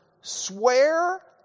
swear